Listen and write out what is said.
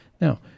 Now